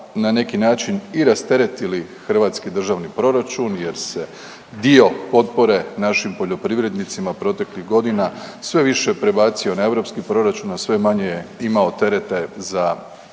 na neki način i rasteretili hrvatski državni proračun jer se dio potpore našim poljoprivrednicima proteklih godina sve više prebacio na europski proračun, a sve manje imao terete za dio